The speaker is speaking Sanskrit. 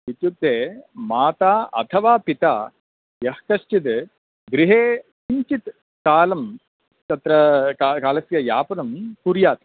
इत्युक्ते माता अथवा पिता यः कश्चित् गृहे किञ्चित् कालं तत्र का कालस्य यापनं कुर्यात्